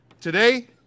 today